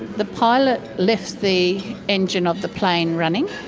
the pilot left the engine of the plane running